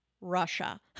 Russia